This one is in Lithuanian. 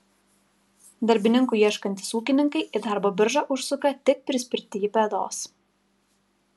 darbininkų ieškantys ūkininkai į darbo biržą užsuka tik prispirti bėdos